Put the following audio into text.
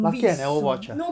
lucky I never watch ah